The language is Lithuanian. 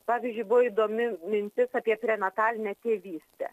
pavyzdžiui buvo įdomi mintis apie prenatalinę tėvystę